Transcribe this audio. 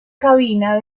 cabina